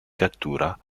cattura